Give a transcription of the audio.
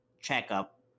checkup